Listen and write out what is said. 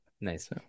Nice